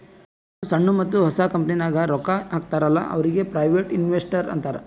ಯಾರು ಸಣ್ಣು ಮತ್ತ ಹೊಸ ಕಂಪನಿಗ್ ರೊಕ್ಕಾ ಹಾಕ್ತಾರ ಅಲ್ಲಾ ಅವ್ರಿಗ ಪ್ರೈವೇಟ್ ಇನ್ವೆಸ್ಟರ್ ಅಂತಾರ್